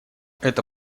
это